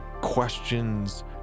questions